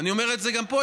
אני אומר את זה גם פה,